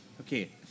okay